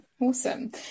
Awesome